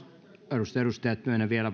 arvoisat edustajat myönnän vielä